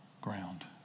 ground